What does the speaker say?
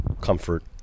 comfort